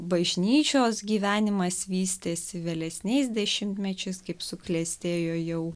bažnyčios gyvenimas vystėsi vėlesniais dešimtmečiais kaip suklestėjo jau